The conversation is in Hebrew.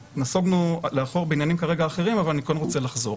נסוגונו לאחור כרגע בעניינים האחרים אבל אני כן רוצה לחזור.